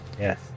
Yes